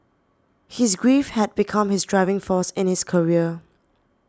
his grief had become his driving force in his career